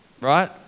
Right